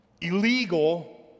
illegal